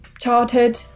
childhood